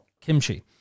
kimchi